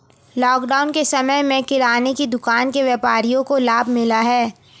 lockdown के समय में किराने की दुकान के व्यापारियों को लाभ मिला है